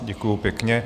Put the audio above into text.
Děkuju pěkně.